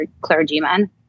clergymen